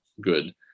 good